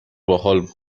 باحال